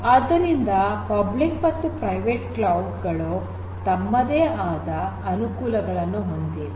ಆದ್ದರಿಂದ ಪಬ್ಲಿಕ್ ಮತ್ತು private cloud ಗಳು ತಮ್ಮದೇ ಆದ ಅನುಕೂಲಗಳನ್ನು ಹೊಂದಿವೆ